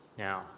Now